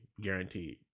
guaranteed